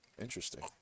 interesting